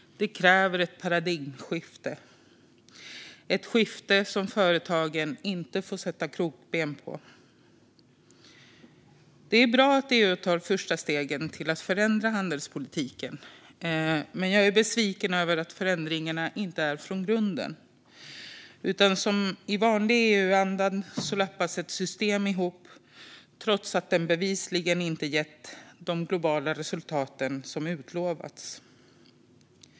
Det kräver ett paradigmskifte, och det skiftet får företagen inte sätta krokben för. Det är bra att EU tar de första stegen mot att förändra handelspolitiken, men jag är besviken över att förändringarna inte görs från grunden. I vanlig EU-anda lappas i stället ett system ihop trots att det bevisligen inte gett de globala resultat som utlovats.